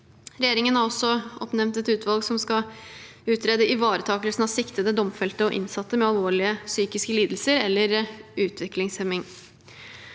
Regjeringen har også oppnevnt et utvalg som skal utrede ivaretakelsen av siktede, domfelte og innsatte med alvorlige psykiske lidelser eller utviklingshemming.